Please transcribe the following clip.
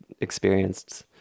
experienced